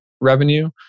revenue